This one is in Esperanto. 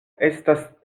estas